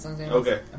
Okay